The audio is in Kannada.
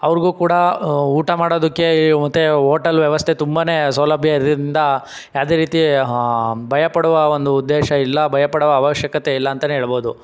ಅವ್ರಿಗೂ ಕೂಡ ಊಟ ಮಾಡೋದಕ್ಕೆ ಮತ್ತೆ ಓಟಲ್ ವ್ಯವಸ್ಥೆ ತುಂಬನೇ ಸೌಲಭ್ಯ ಇರೋದಿಂದ ಯಾವುದೇ ರೀತಿ ಭಯ ಪಡುವ ಒಂದು ಉದ್ದೇಶ ಇಲ್ಲ ಭಯ ಪಡುವ ಅವಶ್ಯಕತೆ ಇಲ್ಲ ಅಂತಲೇ ಹೇಳ್ಬೋದು